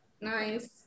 Nice